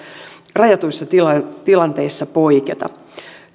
rajatuissa tilanteissa tilanteissa poiketa